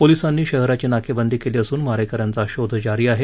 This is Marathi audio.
पोलीसांनी शहराची नाकेबंदी केली असून मारेक यांचा शोध जारी आहे